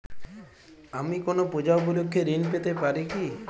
আমি কোনো পূজা উপলক্ষ্যে ঋন পেতে পারি কি?